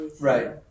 right